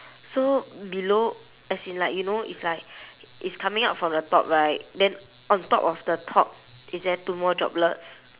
so below as in like you know it's like it's coming out from the top right then on top of the top is there two more droplets